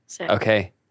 Okay